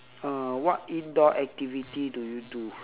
uh what indoor activity do you do